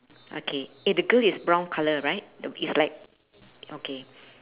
okay eh the girl is brown colour right it's like okay